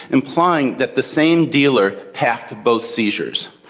implying that the same dealer packed both seizures.